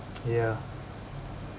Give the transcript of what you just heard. ya